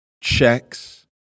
checks